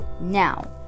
now